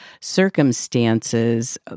circumstances